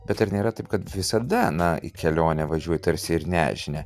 bet ar nėra taip kad visada na į kelionę važiuoji tarsi ir nežinia